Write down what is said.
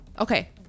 Okay